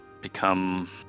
become